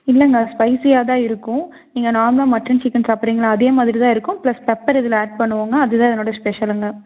இல்லைங்க ஸ்பைசியாகதான் இருக்கும் நீங்கள் நார்மலாக மட்டன் சிக்கன் சாப்பிட்றீங்கள்ல அதே மாதிரி தான் இருக்கும் ப்ளஸ் பெப்பர் இதில் ஆட் பண்ணுவோங்க அதுதான் இதோடய ஸ்பெஷலுங்க